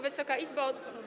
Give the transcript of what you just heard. Wysoka Izbo!